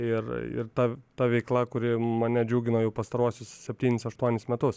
ir ir ta ta veikla kuri mane džiugino jau pastaruosius septynis aštuonis metus